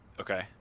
okay